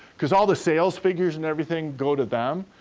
cause all the sales figures and everything go to them.